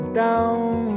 down